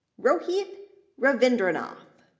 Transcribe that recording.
rohith ravindranath,